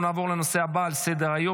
אנחנו נעבור לנושא הבא על סדר-היום: